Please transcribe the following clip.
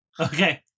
Okay